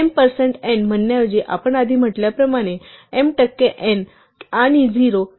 m टक्के n म्हणण्याऐवजी आपण आधी म्हटल्याप्रमाणे m टक्के n आणि 0 समान नाही